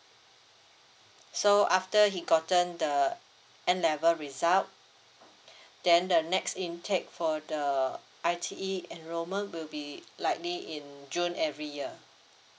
so after he gotten the n level result then the next intake for the I_T_E enrollment will be likely in june every year